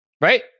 right